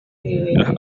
las